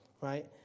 right